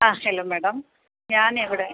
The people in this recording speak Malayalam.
ആ ഹലോ മാഡം ഞാൻ ഇവിടെ